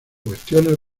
cuestiones